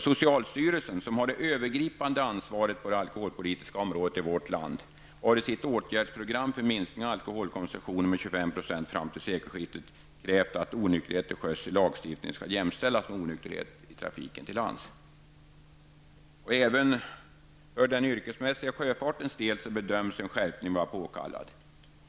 Socialstyrelsen, som i vårt land har det övergripande ansvaret på det alkoholpolitiska området, har i sitt åtgärdsprogram för minskning av alkoholkonsumtionen med 25 % fram till sekelskiftet krävt att onykterhet till sjöss i lagstiftningen skall jämställas med onykterhet i trafiken till lands. Även för den yrkesmässiga sjöfartens del bedöms en skärpning vara påkallad.